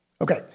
Okay